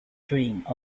drink